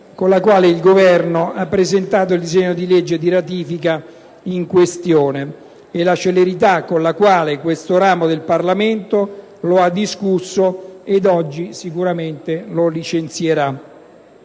con la quale il Governo ha presentato il disegno di legge di ratifica in questione e la celerità con la quale questo ramo del Parlamento lo ha discusso ed oggi sicuramente lo licenzierà.